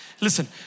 Listen